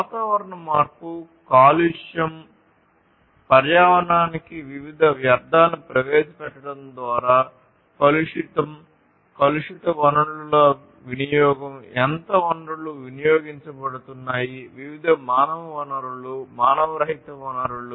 వాతావరణ మార్పు కాలుష్యం పర్యావరణానికి వివిధ వ్యర్ధాలను ప్రవేశపెట్టడం ద్వారా కలుషితం కలుషిత వనరుల వినియోగం ఎంత వనరులు వినియోగించబడుతున్నాయి వివిధ మానవ వనరులు మానవరహిత వనరులు